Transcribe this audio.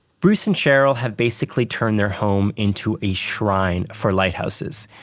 bruce and cheryl have basically turned their home into a shrine for lighthouses.